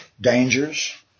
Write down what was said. Dangers